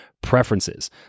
preferences